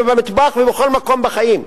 במטבח ובכל מקום בחיים.